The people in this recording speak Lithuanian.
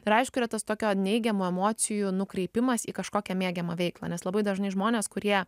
ir aišku yra tas tokio neigiamų emocijų nukreipimas į kažkokią mėgiamą veiklą nes labai dažnai žmonės kurie